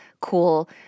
cool